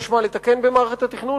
יש מה לתקן במערכת התכנון.